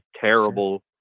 terrible